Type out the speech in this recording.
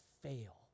fail